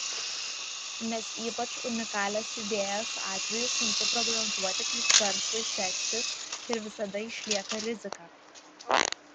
nes ypač unikalios idėjos atveju sunku prognozuoti kaip verslui seksis ir visada išlieka rizika